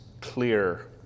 clear